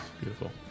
Beautiful